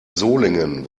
solingen